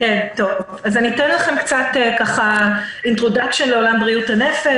אתן לכם קצת הקדמה לעולם בריאות הנפש.